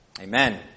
Amen